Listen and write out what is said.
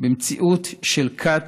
במציאות של כת